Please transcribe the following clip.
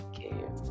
care